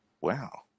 Wow